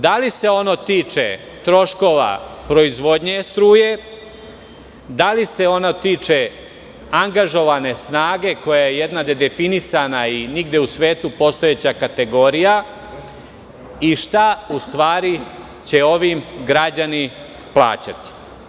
Da li se ono tiče troškova proizvodnje struje, da li se ono tiče angažovane snage koja je jedna nedefinisana i nigde u svetu postojeća kategorija i šta će u stvari ovim poskupljenjem građani plaćati?